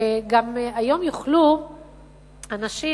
היום יוכלו אנשים